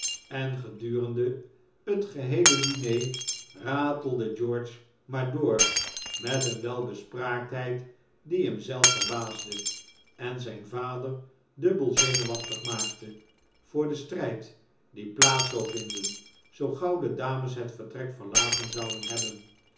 en gedurende het geheele diner ratelde george maar door met een welbespraaktheid die hem zelf verbaasde en zijn vader dubbel zenuwachtig maakte voor den strijd die plaats zou vinden zoo gauw de dames het vertrek verlaten zouden hebben